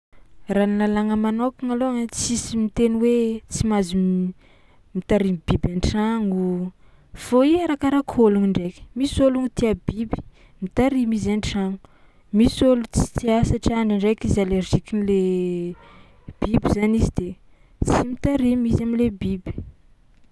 Raha ny lalàgna manôkagna alôha ai tsisy miteny hoe tsy mahazo m- mitarimy biby an-tragno, fô i arakaraka ôlogno ndraiky misy ôlogno tia biby mitarimy izy an-tragno, misy ôlo tsy tia satria ndraindraiky izy alerzikin'le biby zany izy de tsy mitarimy izy am'le biby.